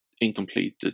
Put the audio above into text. incomplete